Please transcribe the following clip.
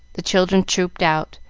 the children trooped out,